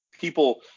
people